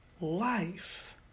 life